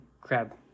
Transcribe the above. Crab